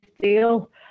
deal